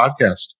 podcast